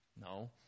No